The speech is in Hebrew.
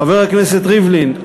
חבר הכנסת ריבלין,